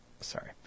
Sorry